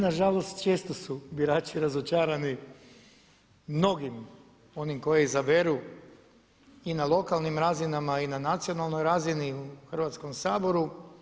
Nažalost često su birači razočarani mnogim onim koje izaberu i na lokalnim razinama i na nacionalnoj razini, u Hrvatskom saboru.